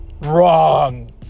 Wrong